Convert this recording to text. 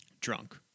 drunk